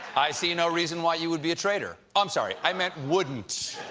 i see no reason why you would be a traitor, i'm sorry, i meant wouldn't.